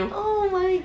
oh my god